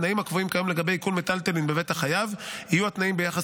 התנאים הקבועים כיום לגבי עיקול מיטלטלין בבית החייב יהיו התנאים ביחס